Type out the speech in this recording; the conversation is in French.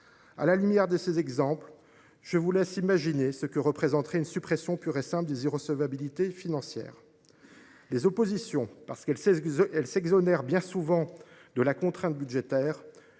À la lumière de ces exemples, je vous laisse imaginer, mes chers collègues, ce que représenterait une suppression pure et simple des irrecevabilités financières ! Les oppositions, parce qu’elles s’exonèrent bien souvent de la contrainte budgétaire,